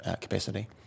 capacity